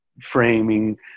framing